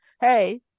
hey